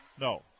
No